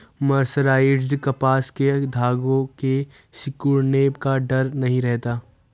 mercerised कपास के धागों के सिकुड़ने का डर नहीं रहता